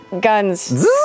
guns